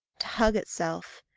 to hug itself,